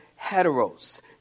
heteros